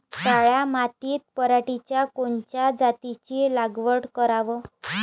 काळ्या मातीत पराटीच्या कोनच्या जातीची लागवड कराव?